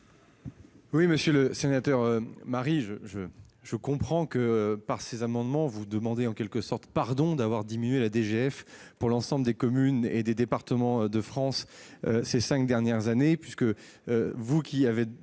? Monsieur le sénateur Marie, par ces amendements, vous demandez en quelque sorte pardon d'avoir diminué la DGF pour l'ensemble des communes et des départements de France ces cinq dernières années. Vous qui avez